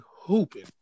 hooping